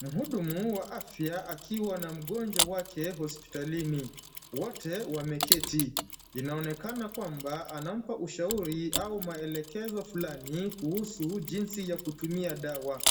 Mhudumu wa afya akiwa na mgonjwa wake hospitalini. Wote wameketi. Inaonekana kwamba anampa ushauri au maelekezo fulani kuhusu, jinsi ya kutumia dawa.